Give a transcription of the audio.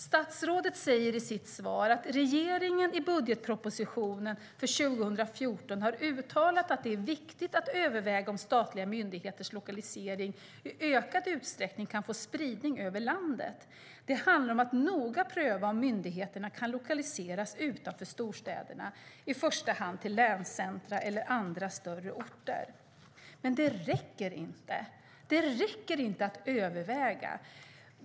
Statsrådet säger i sitt svar att regeringen i budgetpropositionen för 2014 har uttalat att det är viktigt att överväga om statliga myndigheters lokalisering i ökad utsträckning kan få spridning över landet. Det handlar om att noga pröva om myndigheterna kan lokaliseras utanför storstäderna i första hand till länscentrum eller andra större orter. Det räcker inte att överväga.